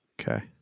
okay